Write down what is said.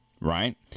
Right